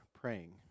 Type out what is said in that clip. praying